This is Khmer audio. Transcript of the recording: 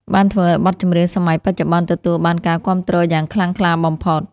បានធ្វើឱ្យបទចម្រៀងសម័យបច្ចុប្បន្នទទួលបានការគាំទ្រយ៉ាងខ្លាំងក្លាបំផុត។